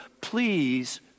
Please